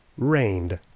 rained.